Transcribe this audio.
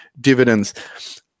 dividends